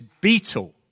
beetle